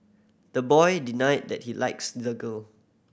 the boy denied that he likes the girl